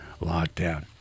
lockdown